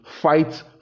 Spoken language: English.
fight